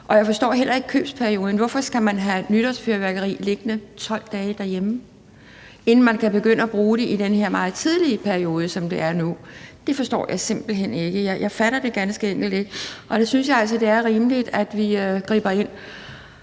jeg forstår heller ikke købsperioden – hvorfor skal man have nytårsfyrværkeri liggende i 12 dage derhjemme, inden man kan begynde at bruge det i den her meget tidligere periode, sådan som det er nu? Det forstår jeg simpelt hen ikke; jeg fatter det ganske enkelt ikke. Og jeg synes altså, det er rimeligt, at vi griber ind.